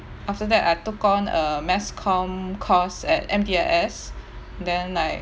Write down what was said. after that I took on a mass comm course at M_D_I_S then like